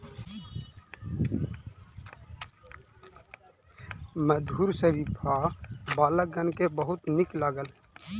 मधुर शरीफा बालकगण के बहुत नीक लागल